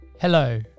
Hello